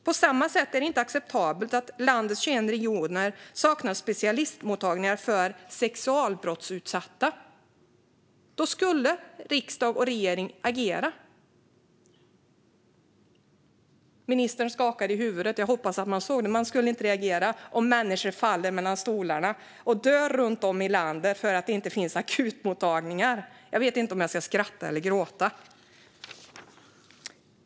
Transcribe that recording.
På samma sätt är det inte acceptabelt att landets 21 regioner saknar specialistmottagningar för sexualbrottsutsatta. Då skulle riksdag och regering agera. Ministern skakade på huvudet; jag hoppas att alla såg det. Man skulle inte reagera om människor föll mellan stolarna och dog runt om i landet för att det inte fanns akutmottagningar. Jag vet inte om jag ska skratta eller gråta.